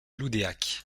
loudéac